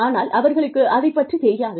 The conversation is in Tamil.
ஆனால் அவர்களுக்கு அதைப் பற்றித் தெரியாது